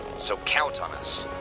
so count on us.